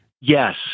Yes